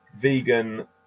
vegan